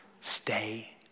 Stay